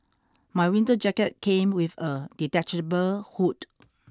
my winter jacket came with a detachable hood